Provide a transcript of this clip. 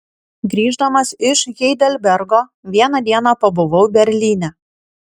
grįždamas iš heidelbergo vieną dieną pabuvau berlyne